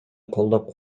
колдоп